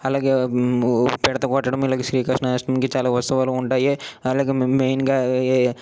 అలాగే పిడత కొట్టడం ఇలాగే శ్రీకృష్ణ వేషంకి చాలా ఉత్సవాలు ఉంటాయి అలాగే మె మెయిన్ గా